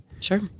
Sure